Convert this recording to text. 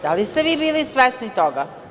Da li ste vi bili svesni toga?